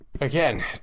again